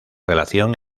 relación